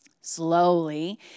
slowly